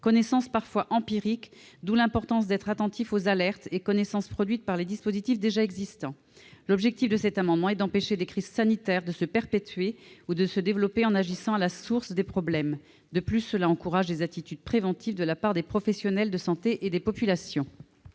connaissances sont parfois empiriques, ce qui explique l'importance d'être attentifs aux alertes et connaissances produites par des dispositifs déjà existants. L'objet de cet amendement est d'empêcher que des crises sanitaires se perpétuent ou se développent en agissant à la source des problèmes. De plus, cela encouragerait des actions préventives de la part des professionnels de la santé et des populations.